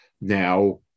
Now